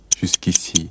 Jusqu'ici